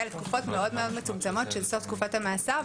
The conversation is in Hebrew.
לתקופות מאוד מאוד מצומצמות של סוף תקופת המאסר,